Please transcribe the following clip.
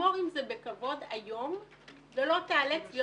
תגמור עם זה בכבוד היום ולא תיאלץ להיות